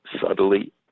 subtly